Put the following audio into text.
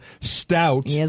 Stout